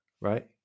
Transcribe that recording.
right